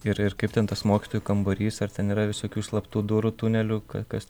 ir ir kaip ten tas mokytojų kambarys ar ten yra visokių slaptų durų tunelių ka kas ten